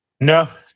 No